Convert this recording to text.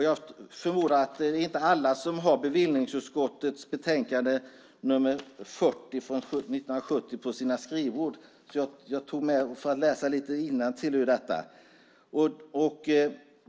Jag förmodar att det inte är alla som har bevillningsutskottets betänkande 40 från 1970 på sina skrivbord, så jag tog med det för att läsa innantill lite grann.